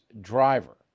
driver